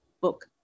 book